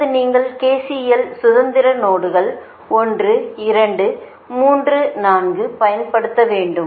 அடுத்து நீங்கள் KCL க்கு சுதந்திர நோடுகள் 1 2 3 4 பயன்படுத்த வேண்டும்